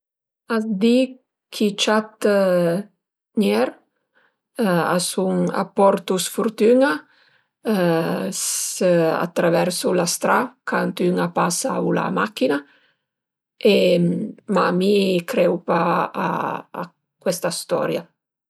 A s'di ch'i ciat nier a sun s portu sfürtun-a së a traversu la stra cant ün a pasa u la machina e ma mi creu pa a questa storia